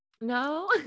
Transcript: No